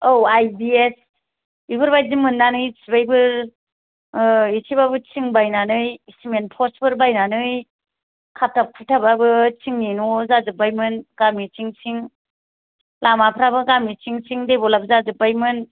औ आइदिएस बेफोरबायदि मोन्नानै सिबायफोर ओ एसेबाबो थिं बायनानै सिमेन्त पस्टफोर बायनानै खाबथाब खुबथाबबाबो थिंनि न' जाजोब्बायमोन गामि सिं सिं लामाफ्राबो गामि सिं सिं देभ'लाभ जाजोब्बायमोन